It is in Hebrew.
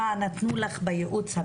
מה נתנו לך בייעוץ המשפטי.